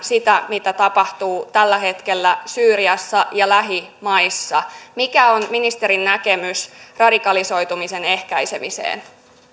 sitä mitä tapahtuu tällä hetkellä syyriassa ja lähimaissa mikä on ministerin näkemys radikalisoitumisen ehkäisemisestä